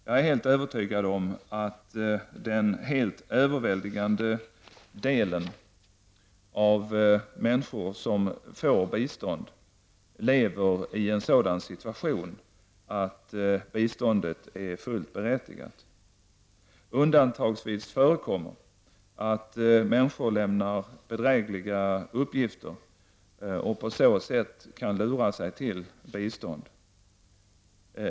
Jag är helt övertygad om att den helt överväldigande delen av människor som får bistånd lever i en sådan situation att biståndet är fullt berättigat. Undantagsvis förekommer att människor lämnar bedrägliga uppgifter och på så sätt kan lura sig till bistånd.